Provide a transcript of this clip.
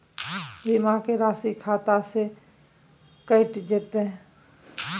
बीमा के राशि खाता से कैट जेतै?